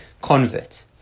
convert